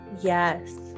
Yes